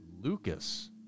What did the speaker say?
Lucas